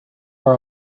our